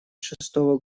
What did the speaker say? шестого